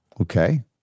Okay